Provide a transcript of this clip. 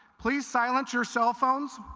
please silence your cell phones.